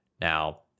now